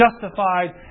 justified